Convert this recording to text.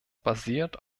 basiert